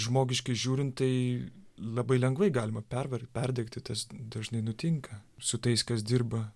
žmogiškai žiūrint tai labai lengvai galima pervargt perdegti tas dažnai nutinka su tais kas dirba